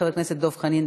חבר הכנסת דב חנין,